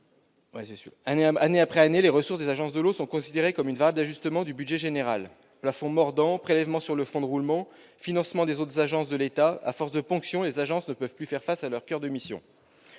Année après année, les ressources des agences de l'eau sont considérées comme une variable d'ajustement du budget général. « Plafond mordant », prélèvement sur le fonds de roulement, financement des autres agences de l'État ... À force de ponctions, les agences ne peuvent plus faire face à leur coeur de mission.